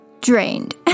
drained